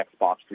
Xbox